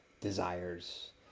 desires